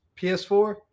PS4